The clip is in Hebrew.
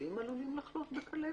חתולים עלולים לחלות בכלבת?